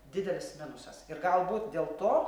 didelis minusas ir galbūt dėl to